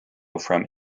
from